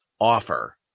offer